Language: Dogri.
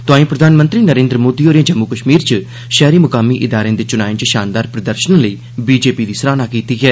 तोआई प्रधानमंत्री नरेन्द्र मोदी होरें जम्मू कश्मीर च शैहरी मुकामी इदारें दे चुनाएं च शानदार प्रदर्शन लेई बीजेपी दी सराहना कीती ऐ